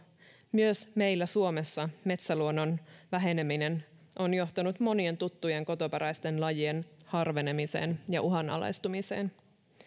myös meillä suomessa metsäluonnon väheneminen on johtanut monien tuttujen kotoperäisten lajien harvenemiseen ja uhanalaistumiseen